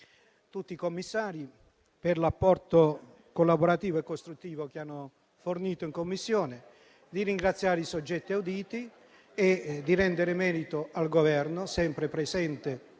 tutti i commissari, per l'apporto collaborativo e costruttivo che hanno fornito in Commissione, e i soggetti auditi, rendendo merito al Governo, sempre presente